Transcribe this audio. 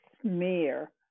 smear